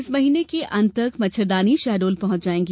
इस महीने के अंत तक मच्छरदानी शहडोल पहुंच जायेगी